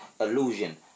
Illusion